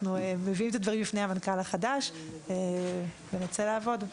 אנחנו מביאים את הדברים בפני המנכ"ל החדש ונצא לעבוד.